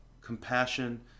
compassion